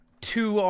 two